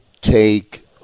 take